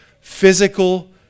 physical